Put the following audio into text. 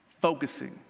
focusing